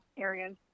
areas